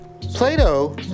Plato